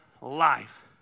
life